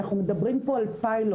אנחנו מדברים פה על פיילוט.